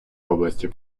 області